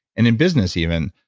and in business even,